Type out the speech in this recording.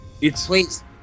It's-